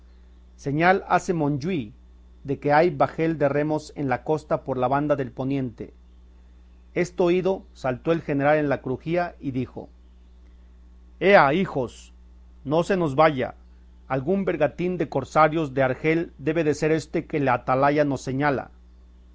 señal hace monjuí de que hay bajel de remos en la costa por la banda del poniente esto oído saltó el general en la crujía y dijo ea hijos no se nos vaya algún bergantín de cosarios de argel debe de ser éste que la atalaya nos señala